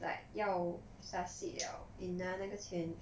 like 要 succeed 了一拿那个钱